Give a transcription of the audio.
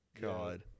God